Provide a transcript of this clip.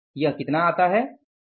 यह कितन आता है